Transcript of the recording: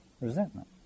resentment